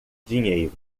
dinheiro